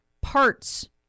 parts